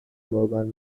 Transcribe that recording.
مورگان